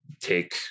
take